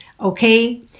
Okay